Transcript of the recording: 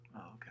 okay